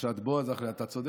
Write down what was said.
פרשת בֹא, אתה צודק.